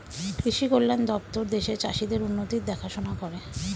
কৃষি কল্যাণ দপ্তর দেশের চাষীদের উন্নতির দেখাশোনা করে